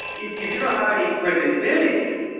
if if you don't have any credibility,